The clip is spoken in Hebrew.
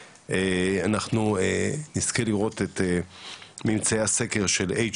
כי היום יש וועדה שמתחרה איתנו בפופולאריות,